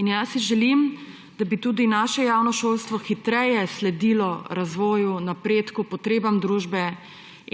In jaz si želim, da bi tudi naše javno šolstvo hitreje sledilo razvoju, napredku, potrebam družbe